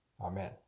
Amen